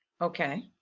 okay